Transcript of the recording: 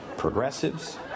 Progressives